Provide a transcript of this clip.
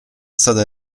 stata